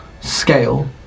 scale